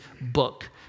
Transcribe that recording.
book